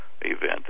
event